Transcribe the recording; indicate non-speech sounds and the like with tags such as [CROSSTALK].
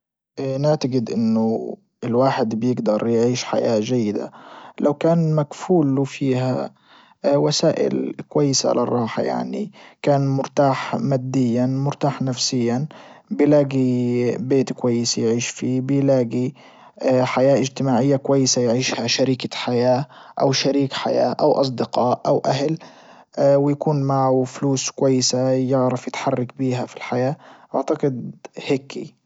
نعتجد انه الواحد بيجدر يعيش حياة جيدة لو كان مكفول له فيها وسائل كويسة للراحة يعني كان مرتاح ماديا مرتاح نفسيا بيلاجي بيت كويس يعيش فيه بيلاجي [HESITATION] حياة اجتماعية كويسة شريكة حياة او شريك حياة او اصدقاء او اهل [HESITATION] ويكون معه فلوس كويسة يعرف يتحرك بيها في الحياة اعتقد هيكي.